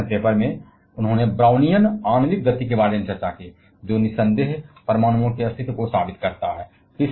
अपने section paper में उन्होंने ब्राउनियन आणविक गति के बारे में चर्चा की जो निस्संदेह परमाणुओं के अस्तित्व को साबित करता है